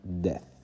death